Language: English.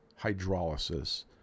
hydrolysis